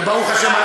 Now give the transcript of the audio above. וברוך השם,